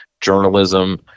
journalism